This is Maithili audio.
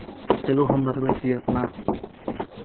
चलू हम बतबै छी अपना